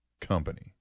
company